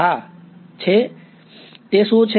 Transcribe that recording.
હા તે છે તે શું છે